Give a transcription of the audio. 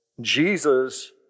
Jesus